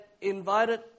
invited